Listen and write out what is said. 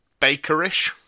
Bakerish